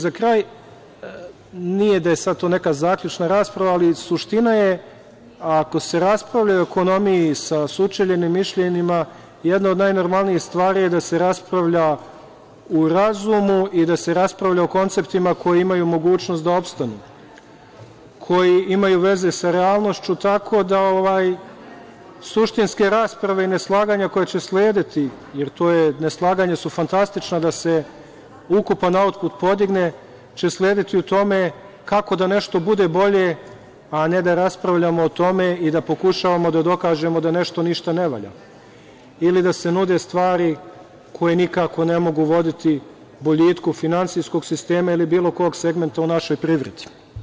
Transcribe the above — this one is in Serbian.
Za kraj, nije da je to sad neka zaključna rasprava, ali suština je, ako se raspravlja o ekonomiji sa sučeljenim mišljenjima, jedna od najnormalnijih stvari je da se raspravlja u razumu i da se raspravlja o konceptima koji imaju mogućnost da opstanu, koji imaju veze sa realnošću, tako da suštinske rasprave i neslaganja koja će slediti, jer neslaganje su fantastična da se ukupan autput podigne i slediće u tome kako da nešto bude bolje, a ne da raspravljamo o tome i pokušavamo da dokažemo da nešto ništa ne valja ili da se nude stvari koje nikako ne mogu voditi boljitku finansijskog sistema ili bilo kog segmenta u našoj privredi.